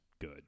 good